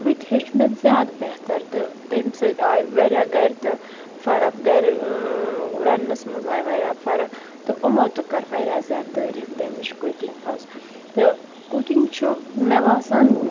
ہُتہِ ہیوٚچھ مےٚ زیادٕ بہتَر تہٕ تمہِ سۭتۍ آیہِ واریاہ گَرِ تہٕ فَرَق گَرِ رَننَس مَنٛز آیہ واریاہ فَرَق تہٕ یِمو تہِ کٔر واریاہ زیاد تعریف تَمِچ کُکِنٛگ ہٕنٛز تہٕ کُکِنٛگ چھُ مےٚ باسان